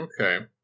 Okay